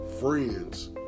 friends